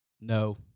No